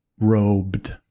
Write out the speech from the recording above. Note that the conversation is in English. robed